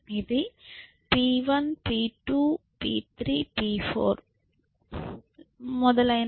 ఇది P1 P2 P3 P4మరియు మొదలైనవి